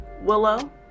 Willow